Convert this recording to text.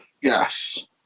Yes